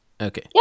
Okay